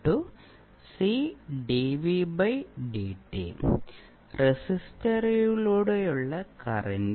റെസിസ്റ്ററിലൂടെയുള്ള current